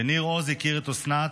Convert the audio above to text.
בניר עוז הכיר את אסנת,